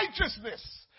righteousness